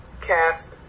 cast